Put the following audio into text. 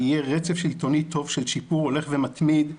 יהיה רצף שלטוני טוב של שיפור הולך ומתמיד.